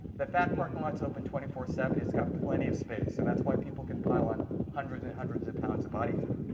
the fat parking lot is open twenty four seven. it's got plenty of space, and that's why people can pile on hundreds and hundreds of pounds of body fat.